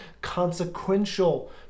consequential